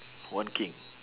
one king